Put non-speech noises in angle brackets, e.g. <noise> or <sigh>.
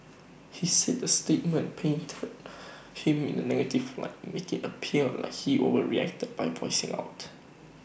he said the statement painted <noise> him in the negative light IT appear like he overreacted by voicing out